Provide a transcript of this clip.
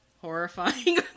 horrifying